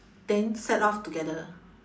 then set off together